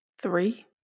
Three